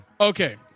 Okay